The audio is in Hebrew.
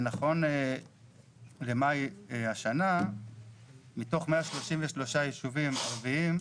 נכון למאי השנה מתוך 133 ישובים ערביים,